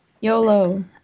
YOLO